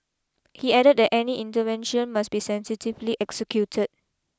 he added that any intervention must be sensitively executed